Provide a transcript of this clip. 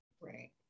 Right